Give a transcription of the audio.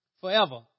forever